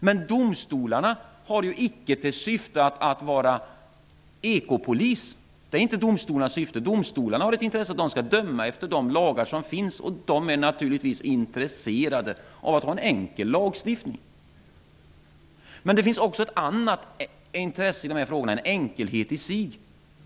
Men domstolarna har ju icke till syfte att vara ekopoliser. Domstolarna har ett intresse av att döma efter de lagar som finns, och de är naturligtvis intresserade av att ha en enkel lagstiftning. Det finns också ett annat intresse i de här frågorna, som är en enkelhet i sig.